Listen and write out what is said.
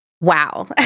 Wow